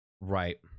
Right